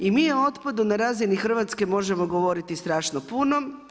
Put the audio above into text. I mi o otpadu na razini Hrvatske možemo govoriti strašno puno.